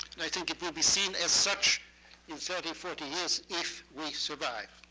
and i think it will be seen as such in thirty forty years, if we survive.